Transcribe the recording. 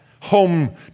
home